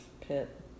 Pit